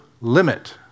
limit